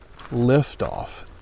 liftoff